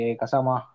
Kasama